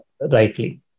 rightly